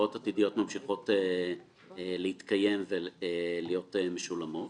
שההוראות העתידיות ממשיכות להתקיים ולהיות משולמות